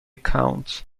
count